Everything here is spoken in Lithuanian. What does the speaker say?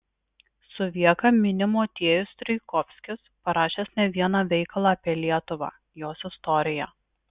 suvieką mini motiejus strijkovskis parašęs ne vieną veikalą apie lietuvą jos istoriją